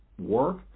work